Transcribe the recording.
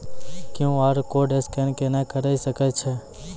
QR code scan केना करै सकय छियै?